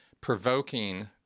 provoking